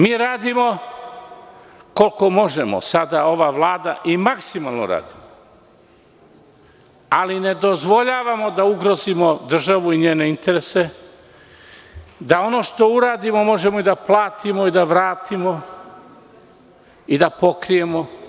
Mi radimo koliko možemo, sada ova vlada i maksimalno radi ali ne dozvoljavamo da ugrozimo državu i njene interese, da ono što uradimo možemo i da platimo i da vratimo i da pokrijemo.